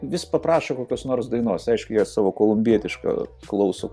vis paprašo kokios nors dainos aišku jie savo kolumbietišką klauso